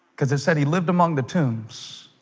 because they said he lived among the tombs